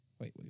Wait